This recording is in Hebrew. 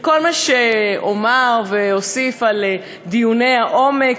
וכל מה שאומר ואוסיף על דיוני העומק,